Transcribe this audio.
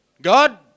God